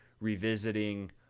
revisiting